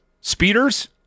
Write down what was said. Speeders